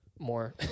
More